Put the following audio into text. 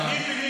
הכנסת.